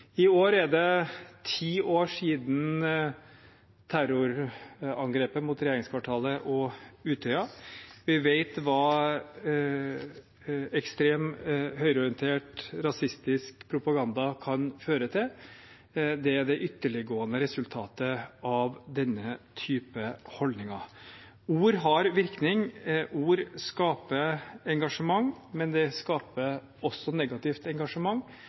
I år er det ti år siden terrorangrepet mot regjeringskvartalet og Utøya. Vi vet hva ekstrem, høyreorientert, rasistisk propaganda kan føre til. Det er det ytterliggående resultatet av denne typen holdninger. Ord har virkning, ord skaper engasjement, men de skaper også negativt engasjement.